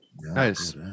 Nice